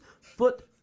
foot